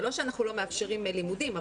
זה לא שאנחנו לא מאפשרים לימודים,